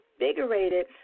invigorated